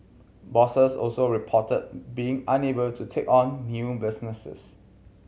bosses also reported being unable to take on new businesses